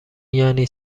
یعنی